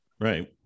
Right